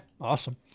awesome